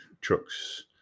trucks